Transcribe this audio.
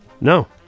No